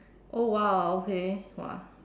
oh !wow! okay !wah!